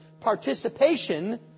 participation